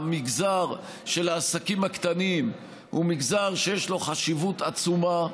המגזר של העסקים הקטנים הוא מגזר שיש לו חשיבות עצומה.